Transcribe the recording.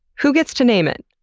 who gets to name it?